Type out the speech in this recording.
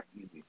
easy